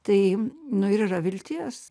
tai nu ir yra vilties